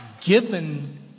given